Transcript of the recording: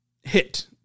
hit